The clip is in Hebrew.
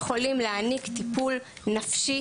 בנו תוכנית ותקצבו אותה במיליארד שקלים והיא לא מתוקצבת.